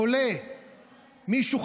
חולה או מישהו,